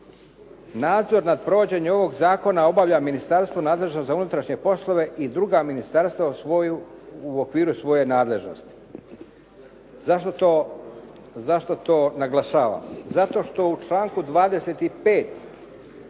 nadzor nad provođenjem ovog zakona obavlja ministarstvo nadležno za unutrašnje poslove i druga ministarstva u okviru svoje nadležnosti. Zašto to naglašavam? Zato što u članku 25.